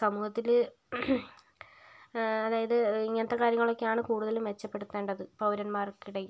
സമൂഹത്തിൽ അതായത് ഇങ്ങനത്തെ കാര്യങ്ങളൊക്കെയാണ് കൂടുതലും മെച്ചപ്പെടുത്തേണ്ടത് പൗരന്മാർക്കിടയിൽ